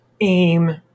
aim